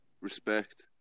Respect